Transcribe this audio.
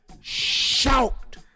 Shout